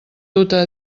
duta